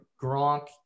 Gronk